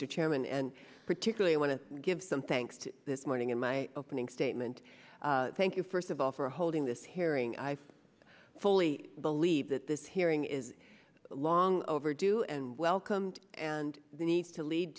chairman and particularly want to give some thanks to this morning in my opening statement thank you first of all for holding this hearing i fully believe that this hearing is long overdue and welcomed and needs to lead